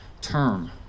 term